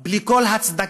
בלי כל הצדקה,